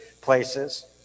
places